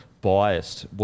biased